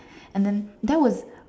and then that was